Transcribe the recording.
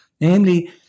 Namely